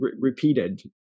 repeated